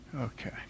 Okay